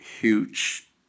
huge